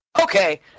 Okay